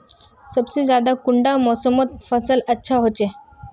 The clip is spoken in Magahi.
सबसे ज्यादा कुंडा मोसमोत फसल अच्छा होचे?